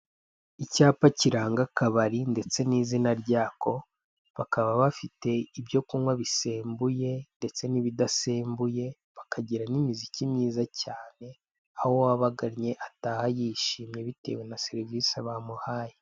Icyapa kiranga akabari ndetse n'izina ryako, bakaba bafite ibyo kunywa bisembuye ndetsa n'ibidasembuye bakagira n'imiziki mwiza cyane aho uwabagannye ataha yishimwe bitewe na serivise bamuhaye.